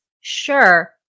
Sure